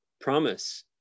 promise